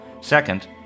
Second